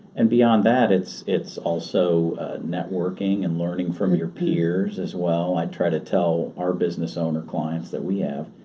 and beyond that, it's it's also networking and learning from your peers as well. i try to tell our business owner clients that we have,